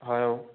হয়